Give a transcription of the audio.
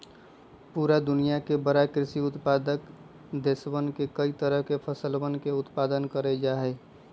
पूरा दुनिया के बड़ा कृषि उत्पादक देशवन में कई तरह के फसलवन के उत्पादन कइल जाहई